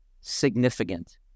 significant